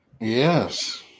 Yes